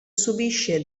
subisce